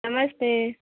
नमस्ते